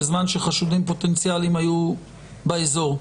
בזמן שחשודים פוטנציאלים היום באזור?